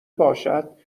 باشد